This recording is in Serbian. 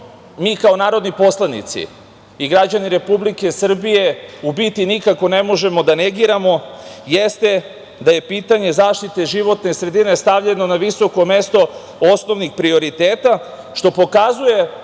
mi kao narodni poslanici i građani Republike Srbije u biti nikako ne možemo da negiramo jeste da je pitanje zaštite životne sredine stavljeno na visoko mesto osnovnih prioriteta, što pokazujemo